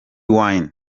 wine